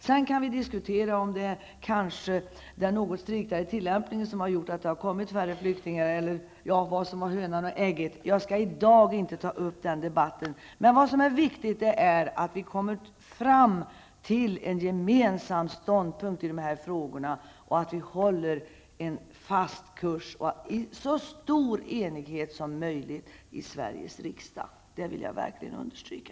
Vi kan diskutera om det är den något striktare tillämpningen som har gjort att det kommit färre flyktingar -- vad som var hönan och ägget -- men jag skall i dag inte ta upp den debatten. Vad som är viktigt är att vi kommer fram till en gemensam ståndpunkt i de här frågorna, att vi håller en fast kurs i så stor enighet som möjligt i Sveriges riksdag. Det vill jag verkligen understryka.